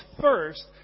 first